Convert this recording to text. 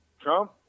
Trump